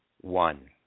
one